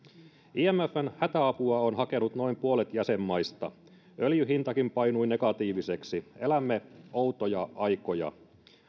imfn hätäapua on hakenut noin puolet jäsenmaista ja öljyn hintakin painui negatiiviseksi elämme outoja aikoja